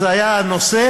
אז היה נושא,